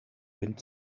wind